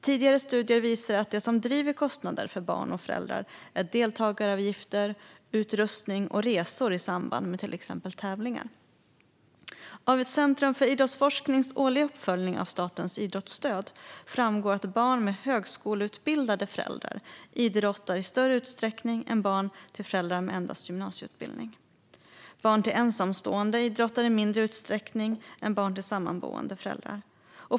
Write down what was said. Tidigare studier visar att det som driver kostnader för barn och föräldrar är deltagaravgifter, utrustning och resor i samband med till exempel tävlingar. Av Centrum för idrottsforsknings årliga uppföljning av statens idrottsstöd framgår att barn med högskoleutbildade föräldrar idrottar i större utsträckning än barn till föräldrar med endast gymnasieutbildning. Barn till ensamstående idrottar i mindre utsträckning än barn till sammanboende föräldrar.